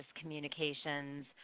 communications